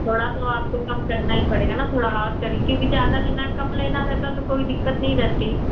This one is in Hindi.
थोड़ा तो आपको कम करना ही पड़ेगा ना थोड़ा और करिए क्यूँकि ज़्यादा लेना है कम लेना रहता तो कोई दिक्कत नहीं रहती